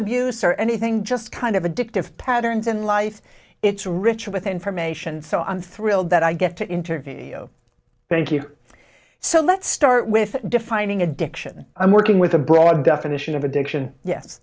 abuse or anything just kind of addictive patterns in life it's rich with information so i'm thrilled that i get to interview thank you so let's start with defining addiction i'm working with a broad definition of addiction yes